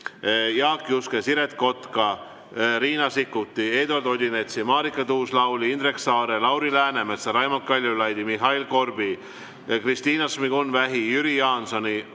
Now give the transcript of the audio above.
Jaak Juske, Siret Kotka, Riina Sikkuti, Eduard Odinetsi, Marika Tuus-Lauli, Indrek Saare, Lauri Läänemetsa, Raimond Kaljulaidi, Mihhail Korbi, Kristina Šmigun-Vähi, Jüri Jaansoni,